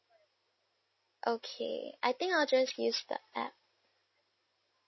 okay I think I'll just use the app